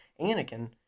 Anakin